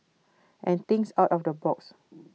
and thinks out of the box